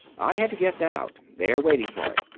i had to get that out. they're waiting for it.